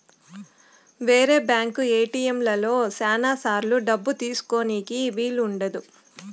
వేరే బ్యాంక్ ఏటిఎంలలో శ్యానా సార్లు డబ్బు తీసుకోనీకి వీలు ఉండదు